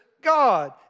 God